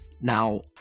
Now